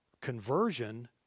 Conversion